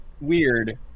weird